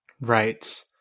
Right